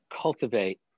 cultivate